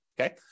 okay